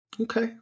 Okay